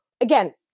again